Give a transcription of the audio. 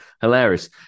hilarious